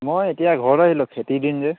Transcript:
মই এতিয়া ঘৰলৈ আহিলোঁ খেতিৰ দিন যে